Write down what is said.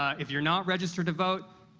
if you're not registered to vote,